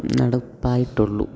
നടപ്പായിട്ടുള്ളു